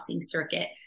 circuit